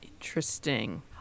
Interesting